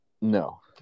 No